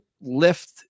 lift